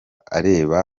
areba